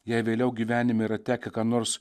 jei vėliau gyvenime yra tekę ką nors